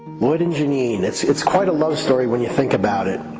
lloyd and janine, it's it's quite a love story when you think about it.